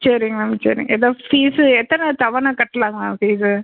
சரி மேம் சரி ஏதோ ஃபீஸ்ஸு எத்தனை தவணை கட்டலாம் மேம் ஃபீஸ்ஸு